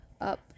up